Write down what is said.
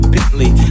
Bentley